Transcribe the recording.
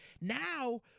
Now